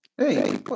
Hey